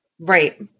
Right